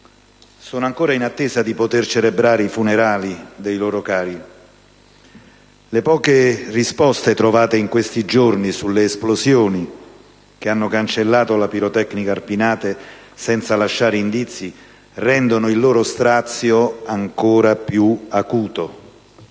sono ancora in attesa di poter celebrare i funerali dei loro cari. Le poche risposte trovate in questi giorni sulle esplosioni che hanno cancellato la Pirotecnica Arpinate senza lasciare indizi rendono il loro strazio ancora più acuto.